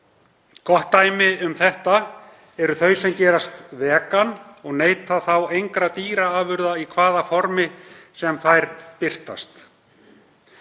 Gott dæmi um þetta eru þau sem gerast vegan og neyta þá engra dýraafurða í hvaða formi sem þær birtast.